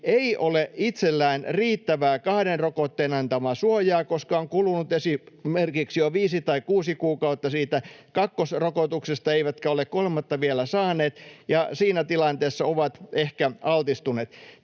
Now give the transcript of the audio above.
ei ole itsellään riittävää kahden rokotteen antamaa suojaa, koska on kulunut esimerkiksi jo viisi tai kuusi kuukautta siitä kakkosrokotuksesta eivätkä he ole kolmatta vielä saaneet, ja siinä tilanteessa he ovat ehkä altistuneet.